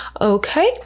Okay